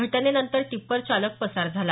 घटनेनंतर टिप्पर चालक पसार झाला